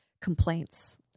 complaints